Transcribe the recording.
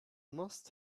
must